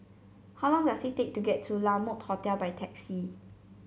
how long does it take to get to La Mode Hotel by taxi